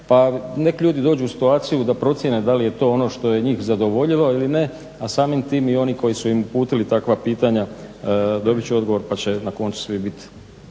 pa neka ljudi dođu u situaciju da procjene da li je to ono što je njih zadovoljilo ili ne, a samim tim i oni koji su im uputili takva pitanja dobit će odgovor pa će na koncu svi biti